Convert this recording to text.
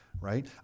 Right